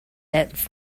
that